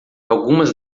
algumas